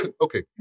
Okay